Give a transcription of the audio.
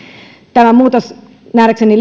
tämä muutos liittyy nähdäkseni